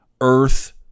earth